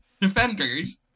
defenders